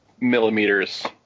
millimeters